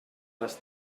les